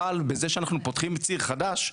אבל בזה שאנחנו פותחים ציר חדש,